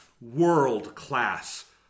world-class